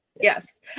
Yes